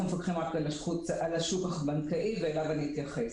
אנחנו מפקחים רק על השוק הבנקאי ורק אליו אני אתייחס.